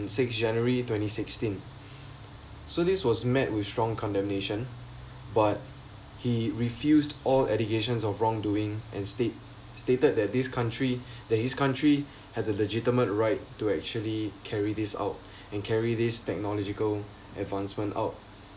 six january twenty sixteen so this was met with strong condemnation but he refused all allegations of wrongdoing and state stated that this country that his country had the legitimate right to actually carry this out and carry this technological advancements out